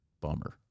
bummer